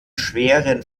schweren